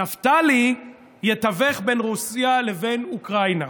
נפתלי יתווך בין רוסיה לבין אוקראינה.